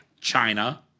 China